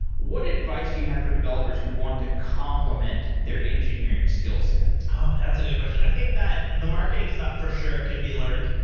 what advice do you have for developers who want to complement their engineering skillset? oh! that's a good question. i think that the marketing stuff for sure can be learned.